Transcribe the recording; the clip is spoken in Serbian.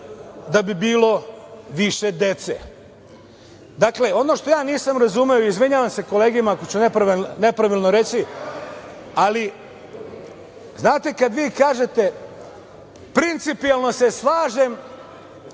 da bi bilo više dece. Dakle, ono što ja nisam razumem izvinjavam se kolegama ako ću nepravilno reći, ali znate kada vi kažete – principijalno se slažem